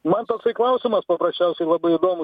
man toksai klausimas paprasčiausiai labai įdomu